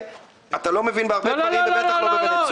אתה לא מבין בהרבה דברים, ובטח לא בוונצואלה.